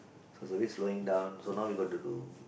so it's a bit slowing down so now we got to do